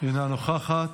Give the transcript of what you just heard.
אינה נוכחת.